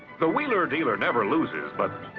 the wheeler dealer never loses but.